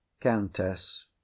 Countess